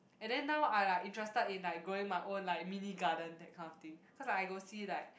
and then now I like interested in like growing my own like mini garden that kind of thing cause like I go see like